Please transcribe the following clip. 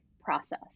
process